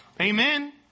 Amen